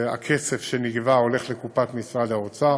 והכסף שנגבה הולך לקופת משרד האוצר